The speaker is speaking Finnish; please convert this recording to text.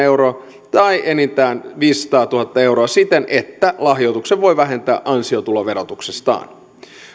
euroa tai enintään viisisataatuhatta euroa siten että lahjoituksen voi vähentää ansiotuloverotuksestaan